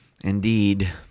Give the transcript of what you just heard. Indeed